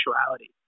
sexuality